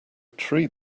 tree